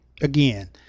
Again